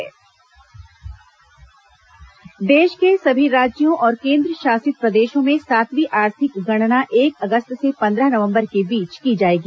सातवीं आर्थिक गणना देश के सभी राज्यों और केन्द्रशासित प्रदेशों में सातवीं आर्थिक गणना एक अगस्त से पंद्रह नवम्बर के बीच की जाएगी